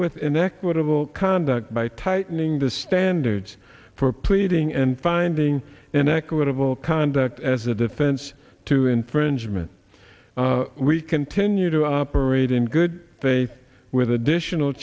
with an equitable conduct by tightening the standards for pleading and finding an equitable conduct as a defense to infringement we continue to operate in good faith with additional